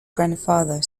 grandfather